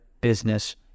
business